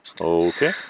Okay